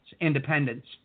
Independence